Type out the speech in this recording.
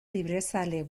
librezale